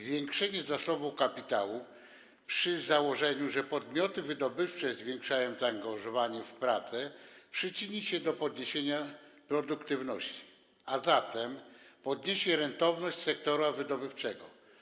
Zwiększenie zasobu kapitału przy założeniu, że podmioty wydobywcze zwiększają zaangażowanie w pracę, przyczyni się do podniesienia produktywności, a zatem podniesie rentowność sektora wydobywczego.